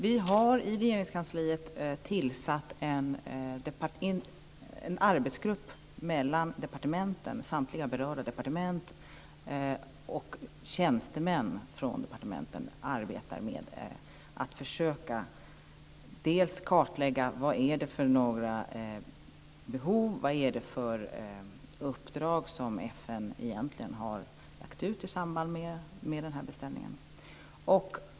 Vi har i Regeringskansliet tillsatt en arbetsgrupp mellan samtliga berörda departement. Tjänstemän från departementen arbetar med att bl.a. försöka kartlägga vilka behov och uppdrag som FN egentligen har lagt ut i samband med den här beställningen.